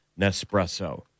nespresso